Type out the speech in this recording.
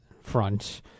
front